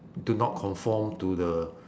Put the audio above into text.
do not conform to the